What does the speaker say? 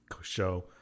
show